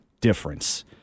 difference